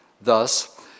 Thus